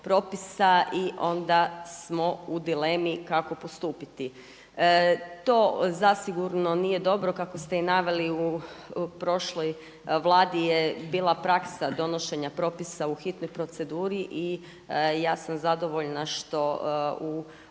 i onda smo u dilemi kako postupiti. To zasigurno nije dobro kako ste i naveli u prošloj vladi bila praksa donošenja propisa u hitnoj proceduri i ja sam zadovoljna što u